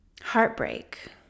Heartbreak